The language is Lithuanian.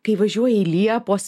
kai važiuoji liepos